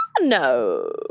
No